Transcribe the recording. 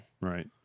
Right